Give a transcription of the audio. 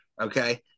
Okay